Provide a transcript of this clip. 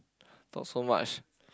talk so much